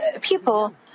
people